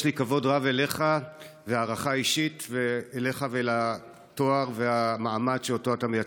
יש לי כבוד רב אליך והערכה אישית אליך ולתואר ולמעמד שאתה מייצג,